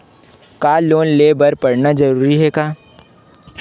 का लोन ले बर पढ़ना जरूरी हे का?